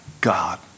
God